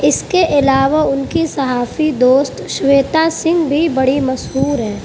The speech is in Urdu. اس کے علاوہ ان کی صحافی دوست شویتا سنگھ بھی بڑی مشہور ہیں